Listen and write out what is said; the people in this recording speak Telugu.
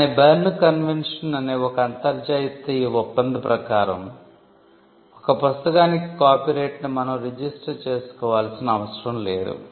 కాని Berne కన్వెన్షన్ అనే ఒక అంతర్జాతీయ ఒప్పందం ప్రకారం ఒక పుస్తకానికి కాపీరైట్ ను మనం రిజిస్టర్ చేసుకోవాల్సిన అవసరం లేదు